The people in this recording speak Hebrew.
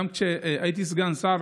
גם כשהייתי סגן שר,